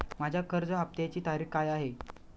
माझ्या कर्ज हफ्त्याची तारीख काय आहे?